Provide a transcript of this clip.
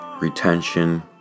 retention